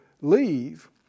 leave